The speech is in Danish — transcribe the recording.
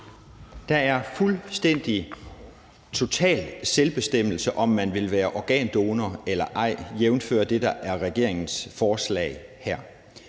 Der er fuldstændig, total selvbestemmelse, med hensyn til om man vil være organdonor eller ej, jævnfør det, der er regeringens forslag her.